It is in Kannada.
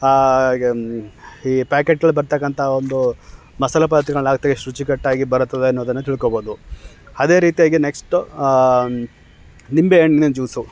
ಈ ಪ್ಯಾಕೆಟಲ್ಲಿ ಬರ್ತಕ್ಕಂಥ ಒಂದು ಮಸಾಲೆ ಪದಾರ್ಥಗಳನ್ನು ಹಾಕ್ದಾಗ ಎಷ್ಟು ರುಚಿಕಟ್ಟಾಗಿ ಬರುತ್ತದೆ ಅನ್ನೋದನ್ನು ತಿಳ್ಕೊಬೋದು ಅದೇ ರೀತಿಯಾಗಿ ನೆಕ್ಸ್ಟು ನಿಂಬೆಹಣ್ಣಿನ ಜ್ಯೂಸು